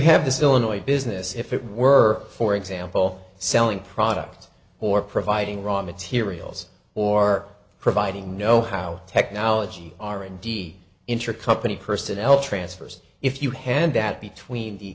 have this illinois business if it were for example selling products or providing raw materials or providing know how technology r and d intercompany personnel transfers if you hand that between the